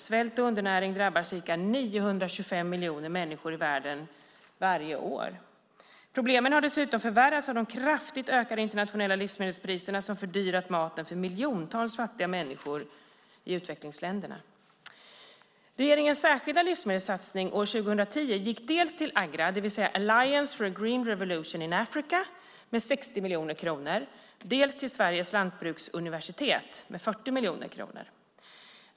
Svält och undernäring drabbar ca 925 miljoner människor i världen varje år. Problemen har dessutom förvärrats av de kraftigt ökade internationella livsmedelspriserna som fördyrat maten för miljontals fattiga människor i utvecklingsländerna. Regeringens särskilda livsmedelssatsning år 2010 gick dels till Agra, det vill säga Alliance for a Green Revolution in Africa, med 60 miljoner kronor, dels till Sveriges lantbruksuniversitet med 40 miljoner kronor.